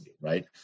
right